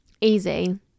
Easy